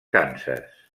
kansas